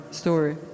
story